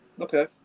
Okay